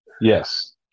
Yes